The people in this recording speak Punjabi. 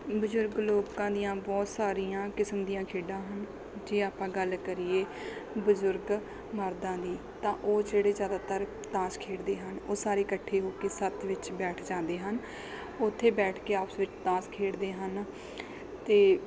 ਬਜ਼ੁਰਗ ਲੋਕਾਂ ਦੀਆਂ ਬਹੁਤ ਸਾਰੀਆਂ ਕਿਸਮ ਦੀਆਂ ਖੇਡਾਂ ਹਨ ਜੇ ਆਪਾਂ ਗੱਲ ਕਰੀਏ ਬਜ਼ੁਰਗ ਮਰਦਾਂ ਦੀ ਤਾਂ ਉਹ ਜਿਹੜੇ ਜ਼ਿਆਦਾਤਰ ਤਾਸ਼ ਖੇਡਦੇ ਹਨ ਉਹ ਸਾਰੇ ਇਕੱਠੇ ਹੋ ਕੇ ਸੱਥ ਵਿੱਚ ਬੈਠ ਜਾਂਦੇ ਹਨ ਉੱਥੇ ਬੈਠ ਕੇ ਆਪਸ ਵਿੱਚ ਤਾਸ਼ ਖੇਡਦੇ ਹਨ ਅਤੇ